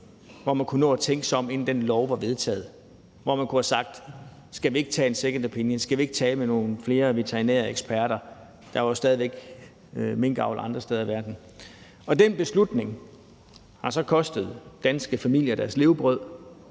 hvor man kunne nå at tænke sig om, inden den lov var vedtaget, og hvor man kunne have sagt: Skal vi ikke få en second opinion; skal vi ikke tale med nogle flere veterinære eksperter? Der var jo stadig væk minkavl andre steder i verden. Den beslutning har så kostet danske familier deres levebrød.